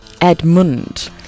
Edmund